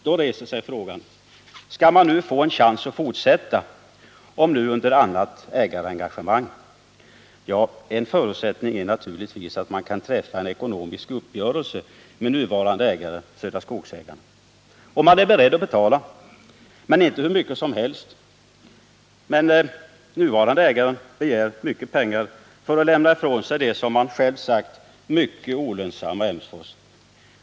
Då reser sig frågan: Skall man nu få en chans att fortsätta, om det blir ett annat ägarengagemang? Ja, en förutsättning är naturligtvis att man kan träffa en ekonomisk uppgörelse med nuvarande ägare, dvs. Södra Skogsägarna. Och man är beredd att betala, men inte hur mycket som helst. Den nuvarande ägaren begär mycket pengar för att lämna ifrån sig det mycket olönsamma Emsfors, som man själv kallat det.